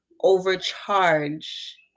overcharge